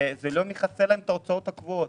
הסכום הזה לא מכסה להם את ההוצאות הקבועות,